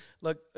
look